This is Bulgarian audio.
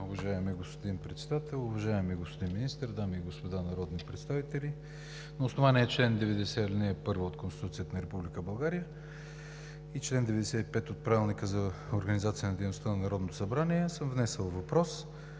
уважаеми господин Председател. Уважаеми господин Министър, дами и господа народни представители! На основание чл. 90, ал. 1 от Конституцията на Република България и чл. 95 от Правилника за организацията и дейността на Народното събрание съм внесъл въпрос